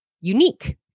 unique